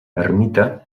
ermita